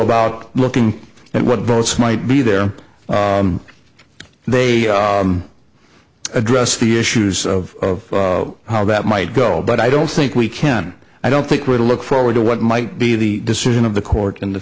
about looking at what votes might be there they address the issues of how that might go but i don't think we can i don't think we'll look forward to what might be the decision of the court in the